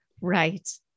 Right